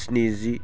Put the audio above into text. स्निजि